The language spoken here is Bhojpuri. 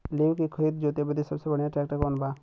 लेव के खेत जोते बदे सबसे बढ़ियां ट्रैक्टर कवन बा?